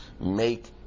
make